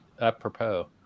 apropos